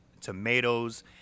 tomatoes